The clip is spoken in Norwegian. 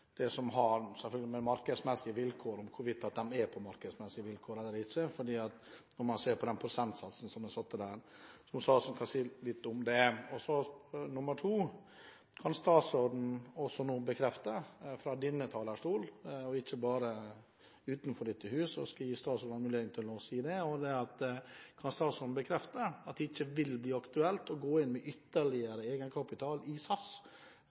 hvorvidt de er på markedsmessige vilkår eller ikke, når man ser på den prosentsatsen som er satt. Kan statsråden si litt om det? Så nummer to: Kan statsråden nå også bekrefte fra denne talerstol, og ikke bare utenfor dette hus, at det ikke vil bli aktuelt å gå inn med ytterligere egenkapital i SAS i tiden som kommer? Først til spørsmålet om ESA: Dette er i